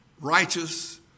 righteous